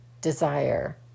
desire